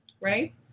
Right